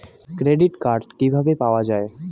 Credit card কিভাবে পাওয়া য়ায়?